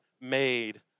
made